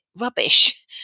rubbish